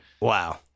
Wow